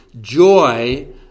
joy